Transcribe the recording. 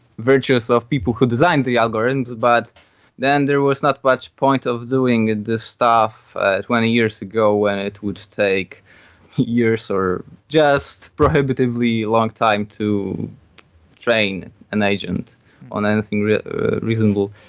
virtues of people who designed the algorithms, but then there was not much point of doing and this stuff twenty years ago when it would take years or just prohibitively long time to train an agent on anything reasonable.